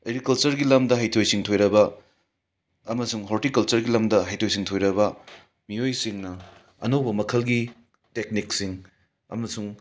ꯑꯦꯒ꯭ꯔꯤꯀꯜꯆꯔꯒꯤ ꯂꯝꯗ ꯍꯩꯊꯣꯏ ꯁꯤꯡ ꯊꯣꯏꯔꯕ ꯑꯃꯁꯨꯡ ꯍꯣꯔꯇꯤꯀꯜꯆꯔꯒꯤ ꯂꯝꯗ ꯍꯩꯊꯣꯏ ꯁꯤꯡꯊꯣꯏꯔꯕ ꯃꯤꯑꯣꯏꯁꯤꯡꯅ ꯑꯅꯧꯕ ꯃꯈꯜꯒꯤ ꯇꯦꯛꯅꯤꯛꯁꯤꯡ ꯑꯃꯁꯨꯡ